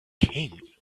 king